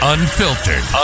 Unfiltered